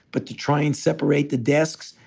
but to try and separate the desks,